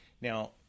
Now